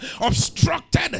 obstructed